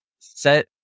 set